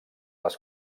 les